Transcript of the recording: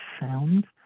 sound